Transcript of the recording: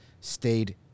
stayed